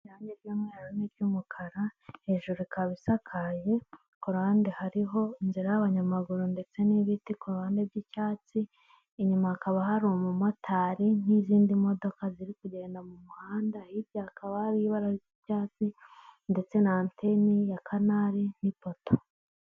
Irangi ry'umweru n'iry'umukara hejuru ikaba isakaye, kuruhande hariho inzira y'abanyamaguru ndetse n'ibiti kuhande byi'cyatsi, inyuma hakaba hari umumotari n'izindi modoka ziri kugenda mumuhanda, hirya ha akaba hari ibara ry'icyatsi ndetse na anteni y Kanari n'ipoto.